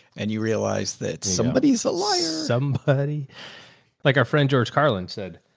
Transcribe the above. and you realize that somebody is alive. somebody like our friend, george carlin said,